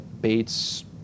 Bates